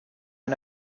and